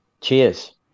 cheers